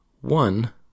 one